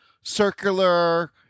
circular